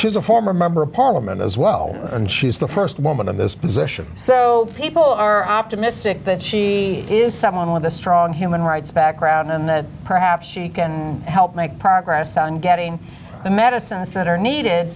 she's a former member of parliament as well and she's the st woman in this position so people are optimistic that she is someone with a strong human rights background and perhaps she can help make progress on getting the medicines that are needed